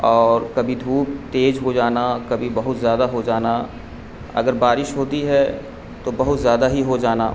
اور کبھی دھوپ تیز ہو جانا کبھی بہت زیادہ ہو جانا اگر بارش ہوتی ہے تو بہت زیادہ ہی ہو جانا